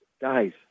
guys